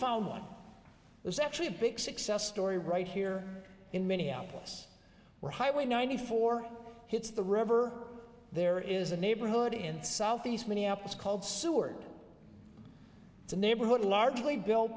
found one was actually a big success story right here in minneapolis where highway ninety four hits the river there is a neighborhood in southeast minneapolis called seward it's a neighborhood largely built